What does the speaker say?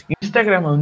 Instagram